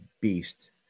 beast